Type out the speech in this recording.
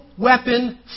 Weapon